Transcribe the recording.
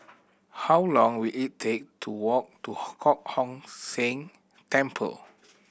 how long will it take to walk to Kong Hock Seng Temple